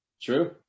True